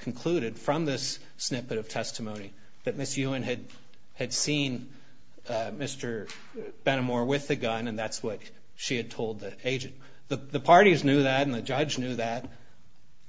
concluded from this snippet of testimony that miss you and had had seen mr bennett more with a gun and that's what she had told the agent the parties knew that the judge knew that